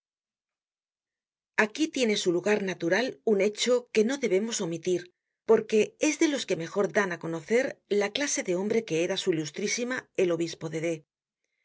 aquí tiene su lugar natural un hecho que no debemos omitir porque es de los que mejor dan á conocer la clase de hombre que era su ilustrísima el obispo de